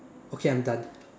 okay I'm done